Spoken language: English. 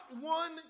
one